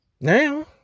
Now